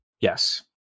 Yes